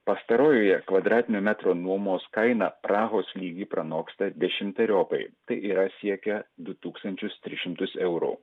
pastarojoje kvadratinio metro nuomos kaina prahos lygį pranoksta dešimteriopai tai yra siekia du tūkstančius tris šimtus eurų